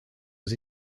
aux